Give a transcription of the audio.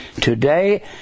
Today